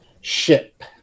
ship